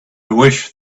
wish